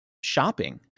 shopping